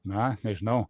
na nežinau